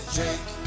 jake